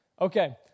Okay